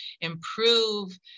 improve